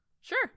Sure